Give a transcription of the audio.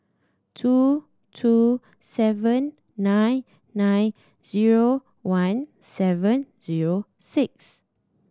two two seven nine nine zero one seven zero six